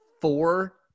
four